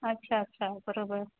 अच्छा अच्छा बराबरि